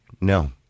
No